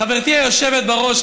חברתי היושבת בראש,